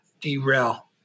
derail